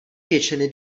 většiny